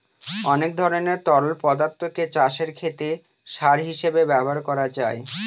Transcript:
অনেক ধরনের তরল পদার্থকে চাষের ক্ষেতে সার হিসেবে ব্যবহার করা যায়